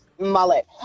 mullet